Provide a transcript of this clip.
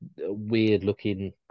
weird-looking